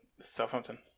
Southampton